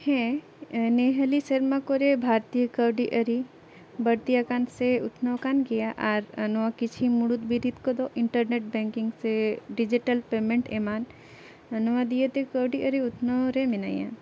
ᱦᱮᱸ ᱱᱮᱼᱦᱟᱹᱞᱤ ᱥᱮᱨᱢᱟ ᱠᱚᱨᱮ ᱵᱷᱟᱨᱚᱛᱤᱭᱚ ᱠᱟᱹᱣᱰᱤ ᱟᱹᱨᱤ ᱵᱟᱹᱲᱛᱤᱭᱟᱠᱟᱱ ᱥᱮ ᱩᱛᱱᱟᱹᱣ ᱟᱠᱟᱱ ᱜᱮᱭᱟ ᱟᱨ ᱱᱚᱣᱟ ᱠᱤᱪᱷᱤ ᱢᱩᱬᱩᱫ ᱵᱤᱨᱤᱫ ᱠᱚᱫᱚ ᱤᱱᱴᱟᱨᱱᱮᱴ ᱵᱮᱝᱠᱤᱝ ᱥᱮ ᱰᱤᱡᱤᱴᱮᱞ ᱯᱮᱢᱮᱱᱴ ᱮᱢᱟᱱ ᱱᱚᱣᱟ ᱫᱤᱭᱮᱛᱮ ᱠᱟᱹᱣᱰᱤ ᱟᱹᱨᱤ ᱩᱛᱱᱟᱹᱣ ᱨᱮ ᱢᱮᱱᱟᱭᱟ